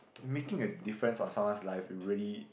making a difference on someone's life you really